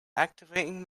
activating